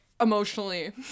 emotionally